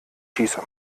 schieße